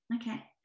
Okay